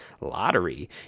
lottery